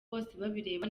bosebabireba